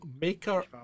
maker